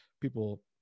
people